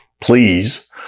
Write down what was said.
Please